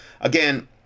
again